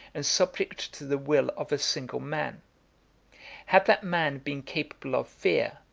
and subject to the will of a single man had that man been capable of fear,